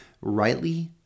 rightly